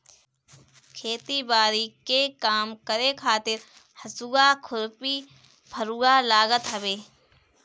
खेती बारी के काम करे खातिर हसुआ, खुरपी, फरुहा लागत हवे